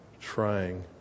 trying